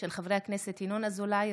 של חברי הכנסת ינון אזולאי,